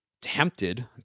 tempted